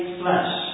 flesh